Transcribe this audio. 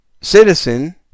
citizen